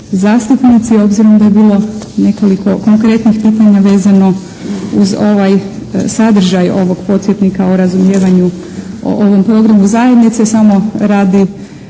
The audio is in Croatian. zastupnici. Obzirom da je bilo nekoliko konkretnih pitanja vezano uz ovaj sadržaj ovog podsjetnika o razumijevanju o ovom programu zajednice samo radi